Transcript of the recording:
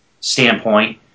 standpoint